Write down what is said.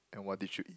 and what did you eat